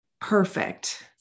perfect